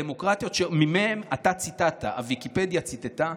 בדמוקרטיות שמהן אתה ציטטת, הוויקיפדיה ציטטה,